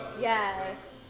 Yes